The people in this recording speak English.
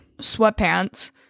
sweatpants